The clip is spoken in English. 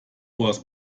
was